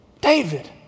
David